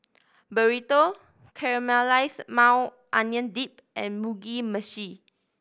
Burrito Caramelized Maui Onion Dip and Mugi Meshi